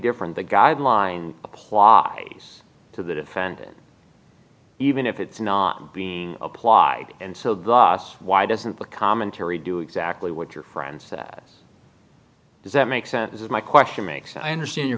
different the guidelines apply to the defendant even if it's not being applied and so the loss why doesn't the commentary do exactly what your friends that does that make sense is my question makes i understand your